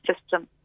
system